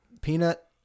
peanut